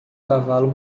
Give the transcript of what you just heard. cavalo